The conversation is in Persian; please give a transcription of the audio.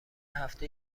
هفته